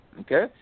Okay